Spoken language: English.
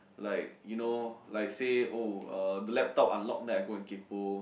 like you know like say oh uh the laptop unlock then I go kaypoh